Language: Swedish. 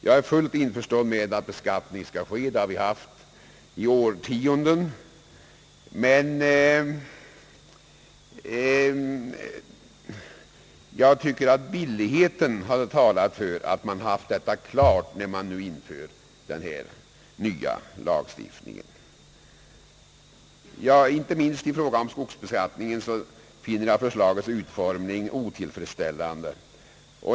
Jag är fullt införstådd med att skatt skall tas ut — så har skett i årtionden — men jag tycker att billigheten talat för att man haft skattefrågan utredd när man inför den nya lagstiftningen. Inte minst i fråga om skogsbeskattningen finner jag förslagets utformning otillfredsställande.